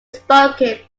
spoken